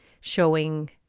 showing